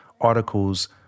articles